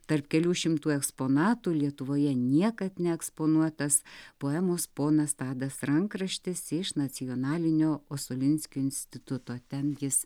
tarp kelių šimtų eksponatų lietuvoje niekad neeksponuotas poemos ponas tadas rankraštis iš nacionalinio osolinskio instituto ten jis